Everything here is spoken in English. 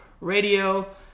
radio